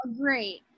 Great